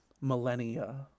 millennia